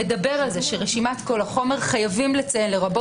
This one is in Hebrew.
מדבר על זה שרשימת כל החומר חייבים לציין לרבות